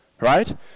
Right